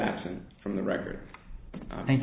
absent from the record i think